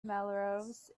melrose